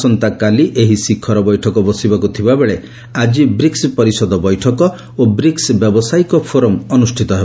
ଆସନ୍ତାକାଲି ଏହି ଶିଖର ବୈଠକ ବସିବାକୁ ଥିବାବେଳେ ଆଜି ବ୍ରିକ୍ନ ପରିଷଦ ବୈଠକ ଓ ବ୍ରିକ୍ନ ବ୍ୟବସାୟିକ ଫୋରମ ଅନୁଷ୍ଠିତ ହେବ